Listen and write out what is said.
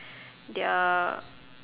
their